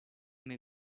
may